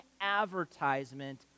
advertisement